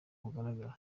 bugaragara